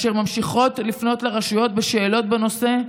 והן ממשיכות לפנות לרשויות בשאלות בנושא,